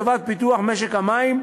מופנות לטובת פיתוח משק המים,